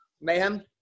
Mayhem